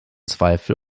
zweifel